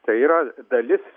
tai yra dalis